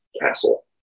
castle